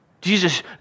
Jesus